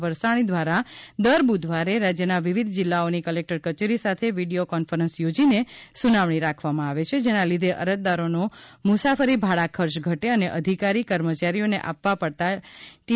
વરસાણી દ્વારા દર બ્રધવારે રાજ્યના વિવિધ જિલ્લાઓની કલેકટર કચેરી સાથે વિડિયો કોન્ફરન્સ યોજીને સુનાવણી રાખવામાં આવે છે જેના લીધે અરજદારોનો મુસાફરી ભાડા ખર્ચ ઘટે છે અને અધિકારી કર્મચારીઓને આપવા પડતા ટી